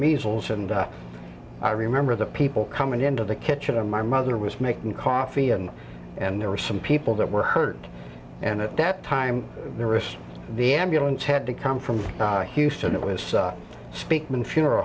measles and i remember the people coming into the kitchen and my mother was making coffee and and there were some people that were hurt and at that time there is the ambulance had to come from houston it was speakin funeral